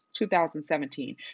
2017